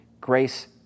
grace